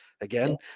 again